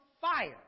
fire